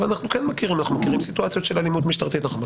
אבל אנחנו מכירים סיטואציות של אלימות משטרתית.